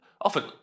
Often